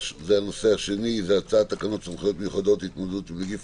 הנושא השני הוא הצעת תקנות סמכויות מיוחדות להתמודדות עם נגיף